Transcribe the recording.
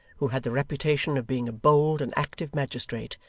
who had the reputation of being a bold and active magistrate,